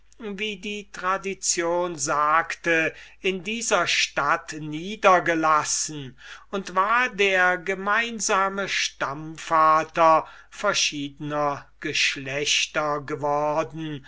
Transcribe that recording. wie die tradition sagte in dieser stadt niedergelassen und war der gemeinsame stammvater verschiedener geschlechter geworden